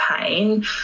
pain